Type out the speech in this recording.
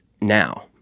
now